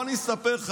בוא, אני אספר לך.